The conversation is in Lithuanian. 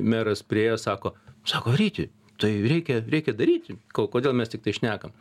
meras priėjo sako sako ryti tai reikia reikia daryti ko kodėl mes tiktais šnekam